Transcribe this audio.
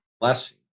blessing